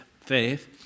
faith